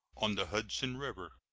on the hudson river.